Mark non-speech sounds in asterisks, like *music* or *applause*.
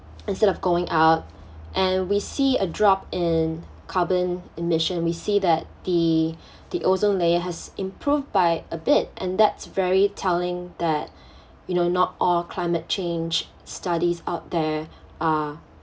instead of going out and we see a drop in carbon emission we see that the *breath* the ozone layer has improved by a bit and that's very telling that *breath* you know not all climate change studies out there are